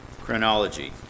chronology